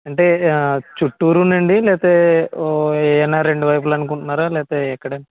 అంటే చుట్టూరునా అండి లేకపోతే ఏవన్నా రెండు వైపులు అనుకుంటున్నారా లేకపోతే ఎక్కడ